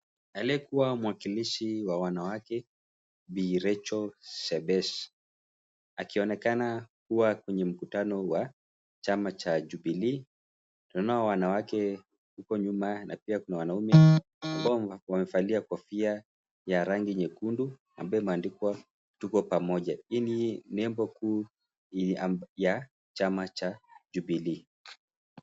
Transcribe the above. Aliyekuwa mwakilishi wa wanawake Bi Rachel Shebesh akionekana kuwa kwenye mkutano wa chama cha Jubilee. Tunaona wanawake huko nyuma na pia kuna wanaume ambao wamevalia kofia ya rangi nyekundu ambayo imeandikwa tuko pamoja. Hii ni nembo kuu ya chama cha Jubilee.